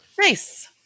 Nice